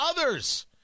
others